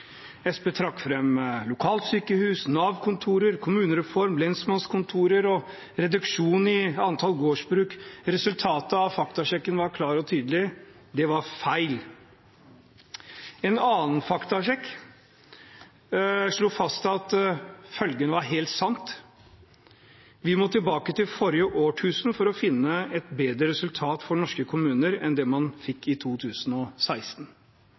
Senterpartiet trakk fram lokalsykehus, Nav-kontorer, kommunereform, lensmannskontorer og reduksjon i antall gårdsbruk. Resultatet av faktasjekken var klart og tydelig: Det var feil. En annen faktsasjekk slo fast at følgende var helt sant: Vi må tilbake til forrige årtusen for å finne et bedre resultat for norske kommuner enn det man fikk i 2016.